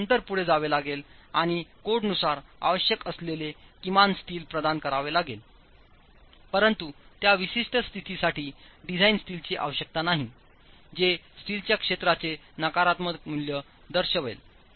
आपल्याला नंतर पुढे जावे लागेल आणिकोडनुसार आवश्यक असलेले किमान स्टीलप्रदान करावे लागेल परंतुत्या विशिष्ट स्थितीसाठीडिझाइन स्टीलची आवश्यकता नाहीजे स्टीलच्या क्षेत्राचे नकारात्मक मूल्य दर्शवेल